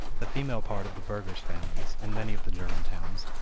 the female part of the burgher's families, in many of the german towns,